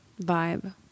vibe